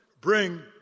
bring